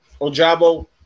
Ojabo